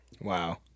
Wow